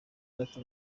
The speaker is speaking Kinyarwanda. bato